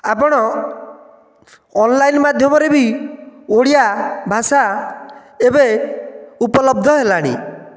ଆପଣ ଅନଲାଇନ ମାଧ୍ୟମରେ ବି ଓଡ଼ିଆ ଭାଷା ଏବେ ଉପଲବ୍ଧ ହେଲାଣି